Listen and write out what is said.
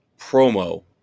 promo